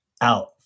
Out